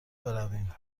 برویم